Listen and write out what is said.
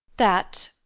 that?